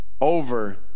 over